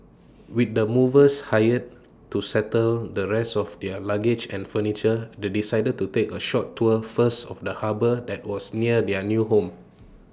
with the movers hired to settle the rest of their luggage and furniture they decided to take A short tour first of the harbour that was near their new home